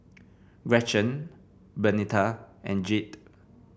Gretchen Bernita and Jayde